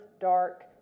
dark